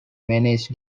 manage